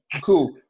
cool